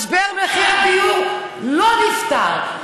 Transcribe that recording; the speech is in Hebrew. משבר מחיר הדיור לא נפתר.